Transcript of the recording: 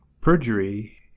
Perjury